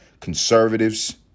Conservatives